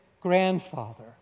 grandfather